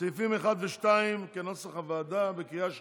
סעיפים 1 ו-2, כנוסח הוועדה, בקריאה שנייה,